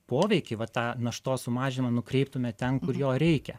poveikį va tą naštos sumažinimą nukreiptume ten kur jo reikia